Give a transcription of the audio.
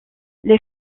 les